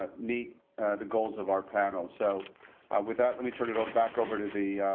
but meet the goals of our panel, so with that, let me turn it all back over to the.